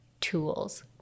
tools